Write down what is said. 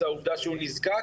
זו העובדה שהוא נזקק